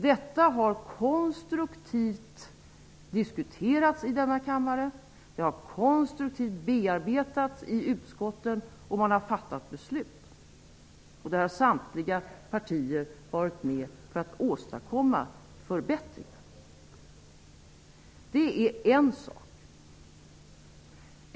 Detta har konstruktivt diskuterats i denna kammare. Förslagen har konstruktivt bearbetats i utskotten. Och man har sedan fattat beslut. Samtliga partier har deltagit för att åstadkomma förbättringar. Det är en sak.